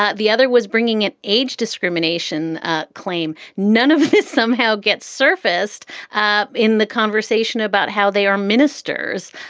ah the other was bringing an age discrimination claim. none of this somehow gets surfaced um in the conversation about how they are ministers,